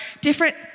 different